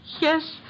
Yes